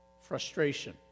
frustration